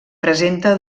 presenta